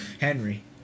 Henry